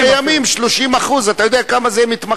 צריך להוסיף לתקנים הקיימים 30%. אתה יודע כמה זה במתמחים?